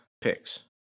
picks